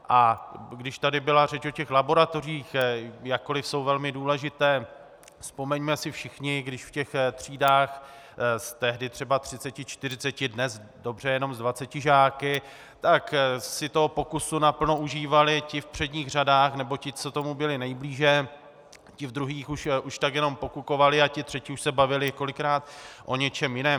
A když tady byla řeč o těch laboratořích, jakkoliv jsou velmi důležité, vzpomeňme si všichni, když v těch třídách, tehdy třeba se třiceti, čtyřiceti, dnes, dobře, jen s dvaceti žáky, tak si toho pokusu naplno užívali ti v předních řadách nebo ti, co tomu byli nejblíže, ti v druhých už tak jenom pokukovali a ti třetí už se bavili kolikrát o něčem jiném.